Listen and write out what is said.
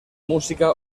música